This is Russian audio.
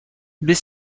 без